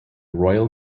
royal